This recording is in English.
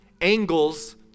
angles